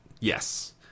Yes